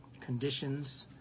conditions